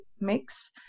mix